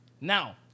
Now